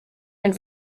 had